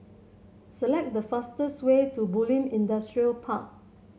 select the fastest way to Bulim Industrial Park